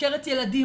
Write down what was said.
חוקרת ילדים,